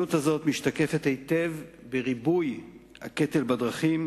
הזילות הזאת משתקפת היטב בריבוי הקטל בדרכים,